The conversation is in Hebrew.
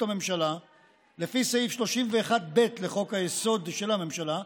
הממשלה לפי סעיף 31(ב) לחוק-יסוד: הממשלה,